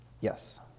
Yes